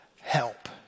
help